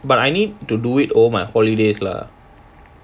but I need to do it over my holidays lah